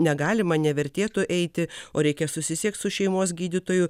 negalima nevertėtų eiti o reikia susisiekt su šeimos gydytoju